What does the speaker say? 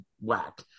whack